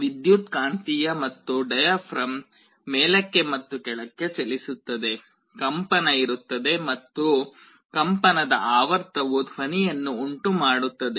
ವಿದ್ಯುತ್ಕಾಂತೀಯ ಮತ್ತು ಡಯಾಫ್ರಾಮ್ ಮೇಲಕ್ಕೆ ಮತ್ತು ಕೆಳಕ್ಕೆ ಚಲಿಸುತ್ತದೆ ಕಂಪನ ಇರುತ್ತದೆ ಮತ್ತು ಕಂಪನದ ಆವರ್ತನವು ಧ್ವನಿಯನ್ನು ಉಂಟುಮಾಡುತ್ತದೆ